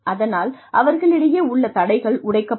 அதனால் அவர்களிடையே உள்ள தடைகள் உடைக்கப்படும்